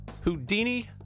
Houdini